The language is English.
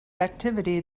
activity